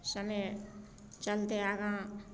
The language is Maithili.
समय चलतै आगाँ